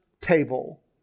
table